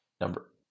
Number